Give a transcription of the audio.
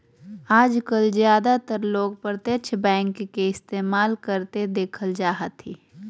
आजकल ज्यादातर लोग प्रत्यक्ष बैंक के इस्तेमाल करते देखल जा हथिन